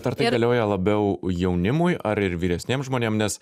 ar tai galioja labiau jaunimui ar ir vyresniem žmonėm nes